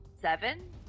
Seven